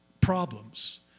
problems